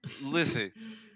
Listen